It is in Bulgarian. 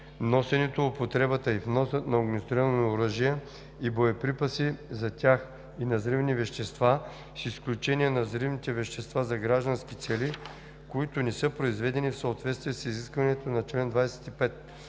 носенето, употребата и вносът на огнестрелни оръжия и боеприпаси за тях и на взривни вещества, с изключение на взривните вещества за граждански цели, които не са произведени в съответствие с изискванията на чл. 25;“